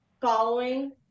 following